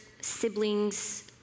siblings